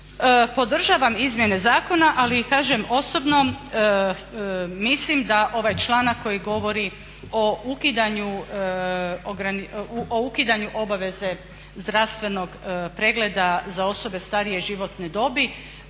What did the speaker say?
podržavam izmjene zakona ali kažem osobno mislim da ovaj članak koji govori o ukidanju obaveze zdravstvenog pregleda za osobe starije životne dobi